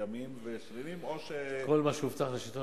קיימים ושרירים או --- כל מה שהובטח לשלטון